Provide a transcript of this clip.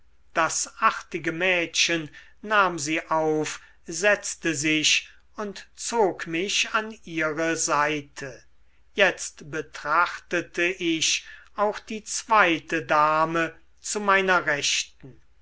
das artige mädchen nahm sie auf setzte sich und zog mich an ihre seite jetzt betrachtete ich auch die zweite dame zu meiner rechten